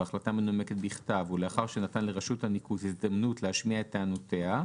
בהחלטה מנומקת בכתב ולאחר שנתן לרשות הניקוז הזדמנות להשמיע את טענותיה,